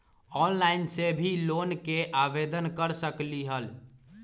Online से भी loan के आवेदन कर सकलीहल?